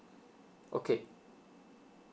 okay